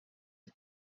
die